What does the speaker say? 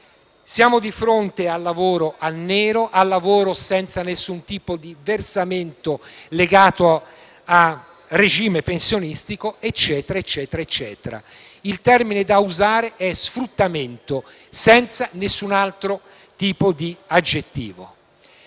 siamo di fronte al lavoro nero, al lavoro senza nessun tipo di versamento legato a regime pensionistico e così via. Il termine da usare è «sfruttamento», senza nessun altro tipo di aggettivo.